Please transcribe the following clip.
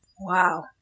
Wow